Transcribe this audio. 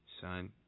Son